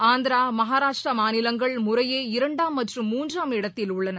ஆந்திரா மகாராஷ்டிரா மாநிலங்கள் முறையே இரண்டாம் மற்றும் மூன்றாம் இடத்தில் உள்ளன